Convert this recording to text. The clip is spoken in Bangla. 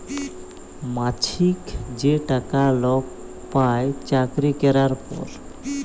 মাছিক যে টাকা লক পায় চাকরি ক্যরার পর